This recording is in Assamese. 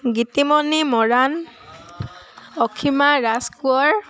গীতিমণি মৰাণ অসীমা ৰাজকোঁৱৰ